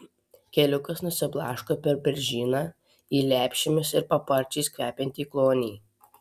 keliukas nusiblaško per beržyną į lepšėmis ir paparčiais kvepiantį klonį